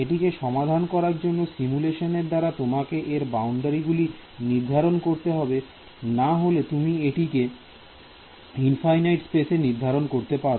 এটিকে সমাধান করার জন্য সিমুলেশন এর দ্বারা তোমাকে এর বাউন্ডারি গুলো নির্ধারণ করতে হবে না হলে তুমি এটিকে ইনফাইনাইট স্পেস এ নির্ধারণ করতে পারো